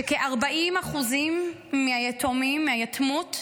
ש-40% מהיתומים, מהיתמות,